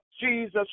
Jesus